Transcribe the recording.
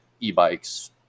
e-bikes